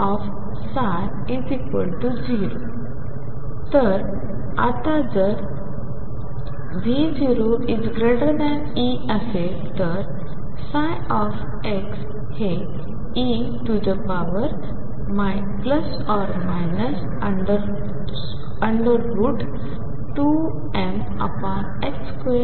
आता जर V0E असेल तर ψ हे e2m2V0 Ex